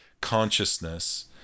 consciousness